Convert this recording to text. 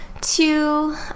Two